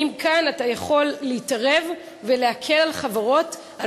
האם כאן אתה יכול להתערב ולהקל על חברות על